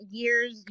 years